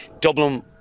dublin